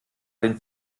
den